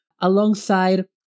alongside